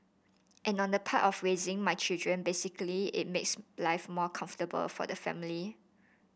and on the part of raising my children basically it makes life more comfortable for the family